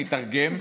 אני אתרגם.